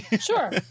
Sure